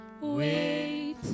wait